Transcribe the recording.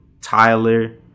Tyler